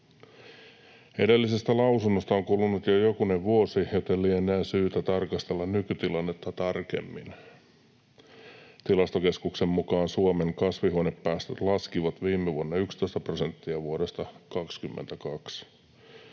Edellisestä lausunnosta on kulunut jo jokunen vuosi, joten lienee syytä tarkastella nykytilannetta tarkemmin. Tilastokeskuksen mukaan Suomen kasvihuonepäästöt laskivat viime vuonna 11 prosenttia vuodesta 22.